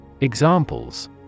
Examples